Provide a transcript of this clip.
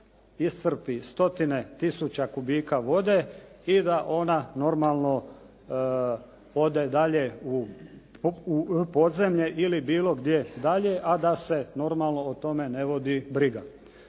iscrpi stotine tisuća kubika vode i da ona normalno ode dalje u podzemlje ili bilo gdje dalje a da se normalno o tome ne vodi briga.